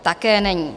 Také není.